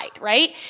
right